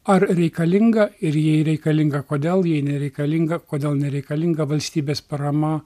ar reikalinga ir jei reikalinga kodėl jei nereikalinga kodėl nereikalinga valstybės parama